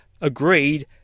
agreed